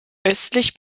östlich